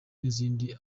n’izindi